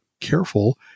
Careful